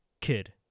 kid